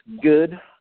good